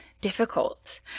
difficult